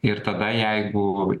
ir tada jeigu